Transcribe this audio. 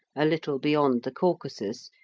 a little beyond the caucasus,